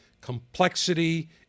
complexity